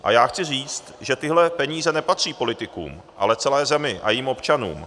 A já chci říct, že tyhle peníze nepatří politikům, ale celé zemi a jejím občanům.